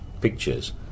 pictures